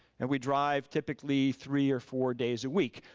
and we drive typically three or four days a week.